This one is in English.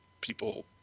people